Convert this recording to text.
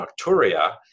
nocturia